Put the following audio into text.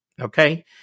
okay